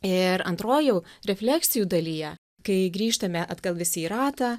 ir antroj jau refleksijų dalyje kai grįžtame atgal visi į ratą